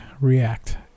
react